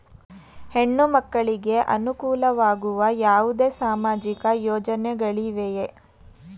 ಹೆಣ್ಣು ಮಕ್ಕಳಿಗೆ ಅನುಕೂಲವಾಗುವ ಯಾವುದೇ ಸಾಮಾಜಿಕ ಯೋಜನೆಗಳಿವೆಯೇ?